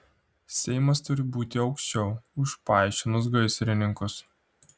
seimas turi būti aukščiau už paišinus gaisrininkus